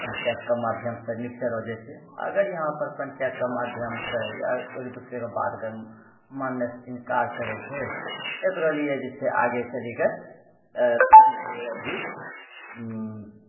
पंचायत के माध्यम सँ निपटारा हो जाए छै अगर ईहाँ पर पंचायत के माधयम सँ एकदूसरे के बात के मानने सँ ईन्कार करै छै तऽ एकरा लिए जे छै आगे चली कऽ पुलिस वला भी